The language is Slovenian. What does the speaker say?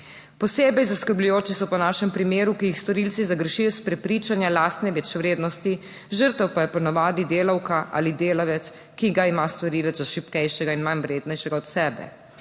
Posebej zaskrbljujoči so po našem primeri, ki jih storilci zagrešijo iz prepričanja, lastne večvrednosti, žrtev pa je po navadi delavka ali delavec, ki ga ima storilec za šibkejšega in manj vrednejšega od sebe.